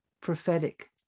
prophetic